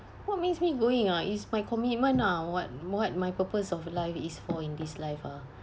what makes me going ah it's my commitment ah what what my purpose of life is for in this life ah